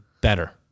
better